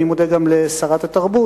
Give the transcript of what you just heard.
אני מודה גם לשרת התרבות